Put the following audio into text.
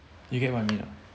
you get what I mean or not